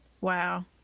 wow